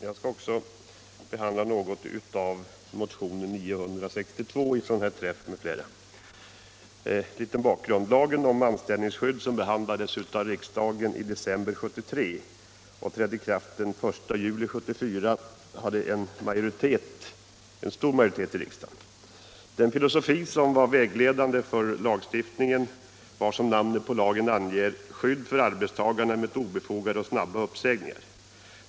Herr talman! Även jag skall något beröra motionen 962 av herr Träff m.fl., och låt mig då först säga något om bakgrunden. Lagen om anställningsskydd, som beslutades av riksdagen i december 1973 och trädde i kraft den 1 juli 1974, antogs med en stor majoritet i riksdagen. Den filosofi som var vägledande för lagstiftningen var, som namnet på lagen anger, att åstadkomma ett skydd för arbetstagarna mot obefogade och snabba uppsägningar.